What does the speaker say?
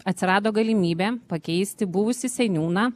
atsirado galimybė pakeisti buvusį seniūną